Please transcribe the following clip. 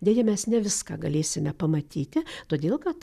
deja mes ne viską galėsime pamatyti todėl kad